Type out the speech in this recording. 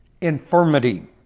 infirmity